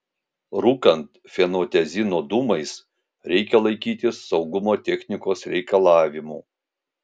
rūkant fenotiazino dūmais reikia laikytis saugumo technikos reikalavimų